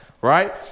right